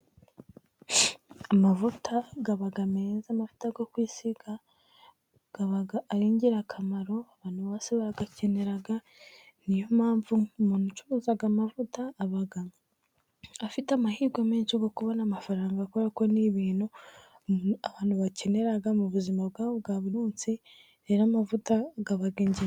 Amavuta aba meza, amavuta yo kwisiga aba ari ingirakamaro abantu bose barayakenera, ni yo mpamvu umuntu ucuruza amavuta aba afite amahirwe menshi yo kubona amafaranga, kuberako ni ibintu abantu bakenera mu buzima bwabo bwa buri munsi, rero amavuta aba ingenzi.